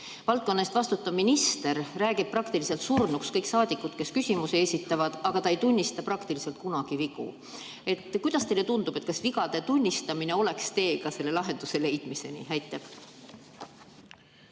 Valdkonna eest vastutav minister räägib praktiliselt surnuks kõik saadikud, kes küsimusi esitavad, aga ta ei tunnista peaaegu kunagi vigu. Kuidas teile tundub, kas vigade tunnistamine oleks tee selle lahenduse leidmiseni? Aitäh!